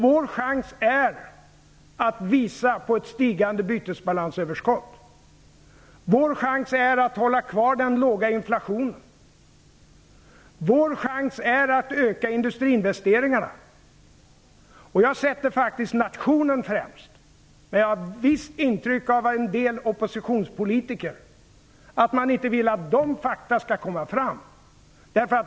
Vår chans är att visa på ett stigande bytesbalansöverskott, att hålla kvar den låga inflationen och att öka industriinvesteringarna. Jag sätter faktiskt nationen främst. Men jag har ett visst intryck av att en del oppositionspolitiker inte vill att dessa fakta skall komma fram.